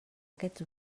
aquests